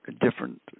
different